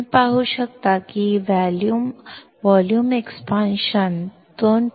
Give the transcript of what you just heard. आपण पाहू शकता की व्हॉल्यूम एक्सपानशन 2